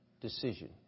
decision